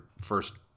first